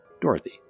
Dorothy